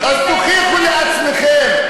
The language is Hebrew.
אז תוכיחו לעצמכם.